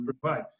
provide